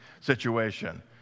situation